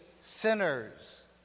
sinners